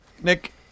Nick